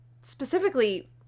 specifically